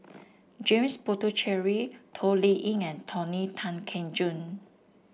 James Puthucheary Toh Liying and Tony Tan Keng Joo